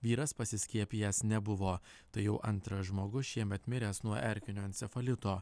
vyras pasiskiepijęs nebuvo tai jau antras žmogus šiemet miręs nuo erkinio encefalito